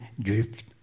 drift